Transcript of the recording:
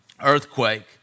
earthquake